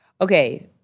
Okay